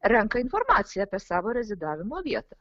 renka informaciją apie savo rezidavimo vietą